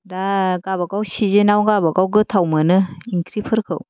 दा गाबागाव सिजेनाव गावबागाव गोथाव मोनो इंख्रिफोरखौ